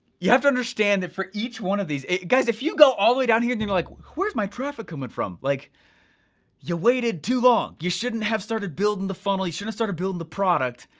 you have to understand that for each one of these, guys if you go all the way down here then you're like where's my traffic coming from? like you waited too long. you shouldn't have started building the funnel, you shouldn't started building the product,